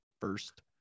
first